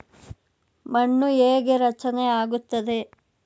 ಮಣ್ಣು ಹೇಗೆ ರಚನೆ ಆಗುತ್ತದೆ?